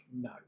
no